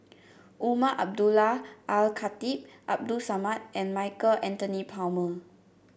Umar Abdullah Al Khatib Abdul Samad and Michael Anthony Palmer